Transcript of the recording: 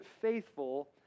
faithful